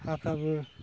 हाफोराबो